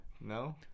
no